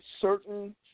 certain